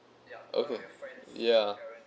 okay ya